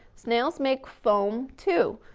snails make foam too,